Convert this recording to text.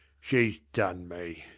she's done me.